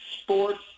Sports